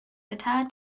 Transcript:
guitar